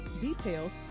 details